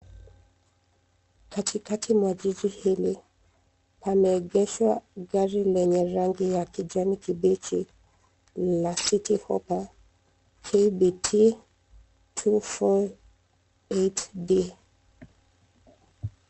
Katikati mwa jiji hili, pameegeshwa gari lenye rangi ya kijani kibichi la Citi Hoppa KBT 248D.